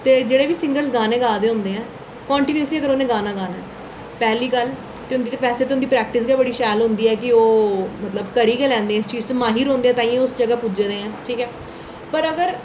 ते जेह्ड़े बी सिंगर गाने गा दे होंदे ऐ कांटिन्यूसली अगर उ'नें गाना ऐ पैह्ली गल्ल होंदी बैसे ते उं'दी प्रक्टिस गै बड़ी शैल होंदी ऐ कि ओह् मतलब करी गै लैंदे इस चीज गी एह् मायने रौंह्दी तां गै उस जगह् पुज्जे दे आं ठीक ऐ पर अगर